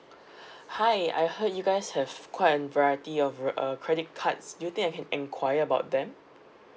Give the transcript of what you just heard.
hi I heard you guys have quite a variety of uh credit cards do you think I can enquire about them